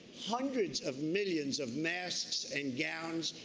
hundreds of millions of masks and gowns.